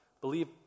believe